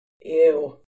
Ew